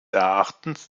erachtens